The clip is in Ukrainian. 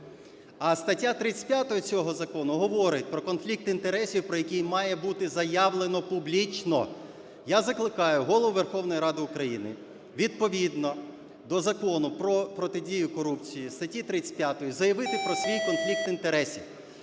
А стаття 35 оцього закону говорить про конфлікт інтересів, про який має бути заявлено публічно. Я закликаю Голову Верховної Ради України відповідно до Закону про протидію корупції статті 35 заявити про свій конфлікт інтересів